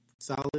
solid